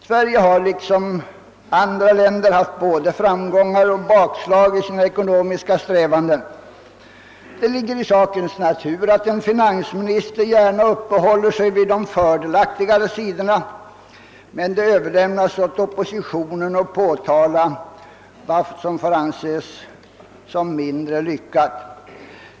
Sverige har liksom andra länder haft både framgångar och bakslag i sina ekonomiska strävanden. Det ligger i sakens natur att en finansminister gärna uppehåller sig vid de fördelaktigare sidorna, medan det överlämnas åt oppositionen att påtala vad som får anses som mindre lyckat.